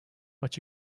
but